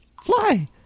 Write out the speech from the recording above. Fly